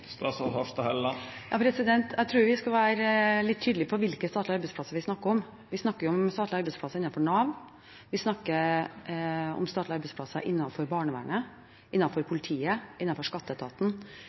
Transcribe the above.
Jeg tror vi skal være litt tydelige på hvilke statlige arbeidsplasser vi snakker om. Vi snakker om statlige arbeidsplasser innenfor Nav,